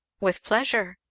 with pleasure!